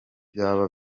byaba